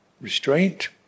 restraint